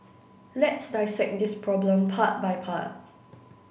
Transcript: let's dissect this problem part by part